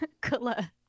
color